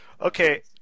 okay